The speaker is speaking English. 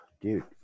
Dude